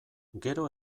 gero